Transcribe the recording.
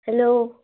hello